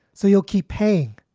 so you'll keep paying.